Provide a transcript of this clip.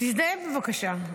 תזדהה בבקשה.